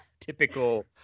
typical